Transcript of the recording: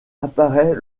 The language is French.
apparaît